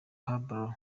pablo